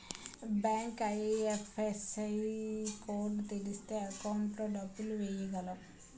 bank IFSC code తెలిస్తేనే account లో డబ్బులు ఎయ్యగలం